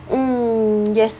mm yes